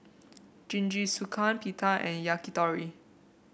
Jingisukan Pita and Yakitori